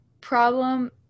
problem